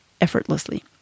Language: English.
effortlessly